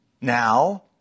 now